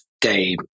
day